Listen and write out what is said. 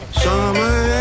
summer